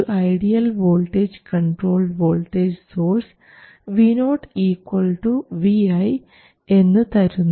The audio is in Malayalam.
ഒരു ideal voltage controlled voltage source Vo Vi എന്ന് തരുന്നു